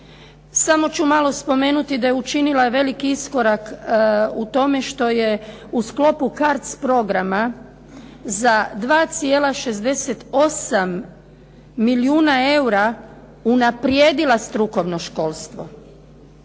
Samo ću malo spomenuti da je učinila i veliki iskorak u tome što je u sklopu CARDS programa za 2,68 milijuna eura unaprijedila strukovno školstvo.